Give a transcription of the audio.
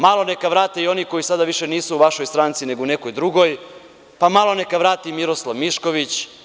Malo neka vrate i oni koji sada više nisu u vašoj stanci nego u nekoj drugoj, pa malo neka vrati Miroslav Mišković.